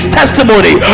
testimony